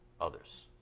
others